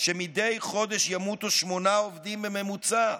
שמדי חודש ימותו שמונה עובדים בממוצע,